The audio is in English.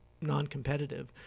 non-competitive